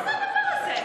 מה זה הדבר הזה?